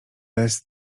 bez